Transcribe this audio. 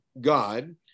God